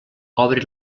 obri